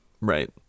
Right